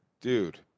dude